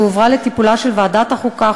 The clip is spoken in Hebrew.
והועברה לטיפולה של ועדת החוקה,